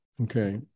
okay